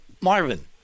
marvin